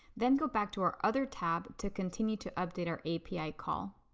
then go back to our other tab to continue to update our api call.